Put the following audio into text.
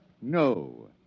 No